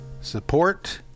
support